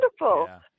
wonderful